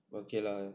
okay lah